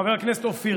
חבר הכנסת אופיר כץ.